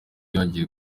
yongeye